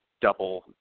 double